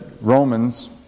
Romans